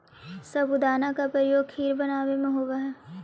साबूदाना का प्रयोग खीर बनावे में होवा हई